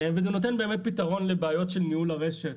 וזה נותן באמת פתרון לבעיות של ניהול הרשת,